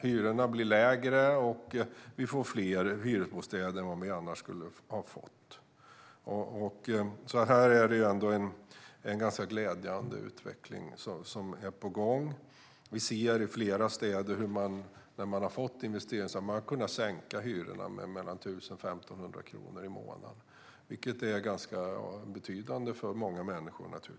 Hyrorna blir lägre, och vi får fler hyresbostäder än vad vi annars skulle ha fått. Här är det alltså en ganska glädjande utveckling på gång. I flera städer där man har fått investeringsstöd har man kunnat sänka hyrorna med 1 000-1 500 kronor i månaden, vilket naturligtvis är ganska betydande för många människor.